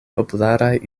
popularaj